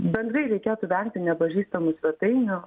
bendrai reikėtų vengti nepažįstamų svetainių